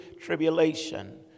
tribulation